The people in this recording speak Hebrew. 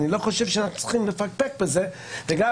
אני לא חושב שאנחנו צריכים לפקפק בזה ולהניח